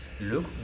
Look